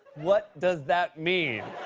what does that mean?